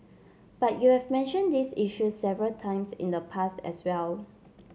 but you have mentioned these issues several times in the past as well